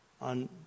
on